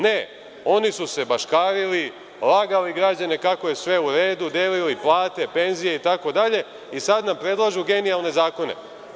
Ne, oni su se baškarili, lagali građane kako je sve u redu, delili plate i penzije itd. i sada nam predlažu genijalne zakone.